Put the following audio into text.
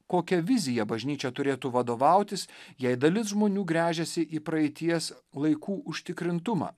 kokia vizija bažnyčia turėtų vadovautis jei dalis žmonių gręžiasi į praeities laikų užtikrintumą